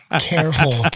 careful